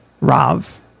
Rav